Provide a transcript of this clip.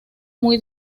muy